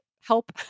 help